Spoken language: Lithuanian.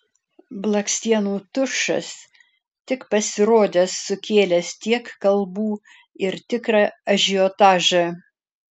blakstienų tušas tik pasirodęs sukėlęs tiek kalbų ir tikrą ažiotažą